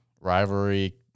rivalry